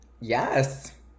Yes